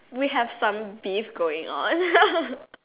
we have some beefs going on